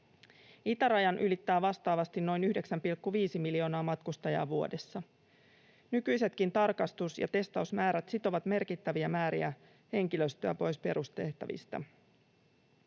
Itärajan ylittää vastaavasti noin 9,5 miljoonaa matkustajaa vuodessa. Nykyisetkin tarkastus- ja testausmäärät sitovat merkittäviä määriä henkilöstöä pois perustehtävistä.